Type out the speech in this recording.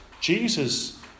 jesus